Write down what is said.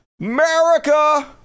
america